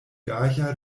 gaja